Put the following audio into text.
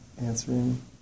answering